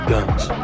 Guns